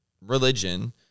religion